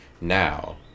now